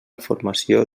formació